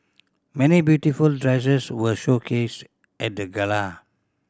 many beautiful dresses were showcased at the gala